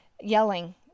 yelling